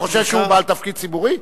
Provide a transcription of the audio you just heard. אתה חושב שהוא בעל תפקיד ציבורי?